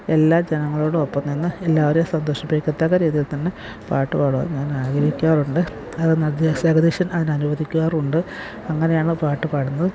എല്ലാ ജനങ്ങളോടൊപ്പം തന്നെ എല്ലാവരെയും സന്തോഷിപ്പിക്കത്തക്ക രീതിയിൽത്തന്നെ പാട്ട് പാടുവാൻ ഞാനാഗ്രഹിക്കാറുണ്ട് അത് ജഗദീശൻ അതിന് അനുവദിക്കാറുണ്ട് അങ്ങനെയാണ് പാട്ട് പാടുന്നതും